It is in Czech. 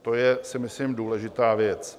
To je, si myslím, důležitá věc.